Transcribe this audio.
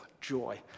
joy